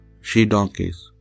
she-donkeys